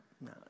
no